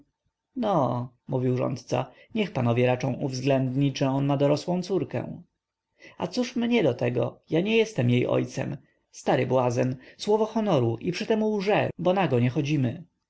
no mówił rządca niech panowie raczą uwzględnić że on ma dorosłą córkę a cóż mnie do tego ja nie jestem jej ojcem stary błazen słowo honoru i przytem łże bo nago nie chodzimy